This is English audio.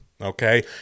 okay